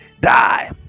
die